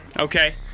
Okay